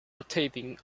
rotating